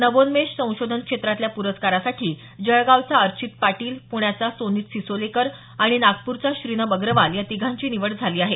नवोन्मेष संशोधन क्षेत्रातल्या पुरस्कारासाठी जळगावचा अर्चित पाटिल पुण्याचा सोनित सिसोलेकर आणि नागपूरचा श्रीनभ अग्रवाल या तिघांची निवड झाली आहे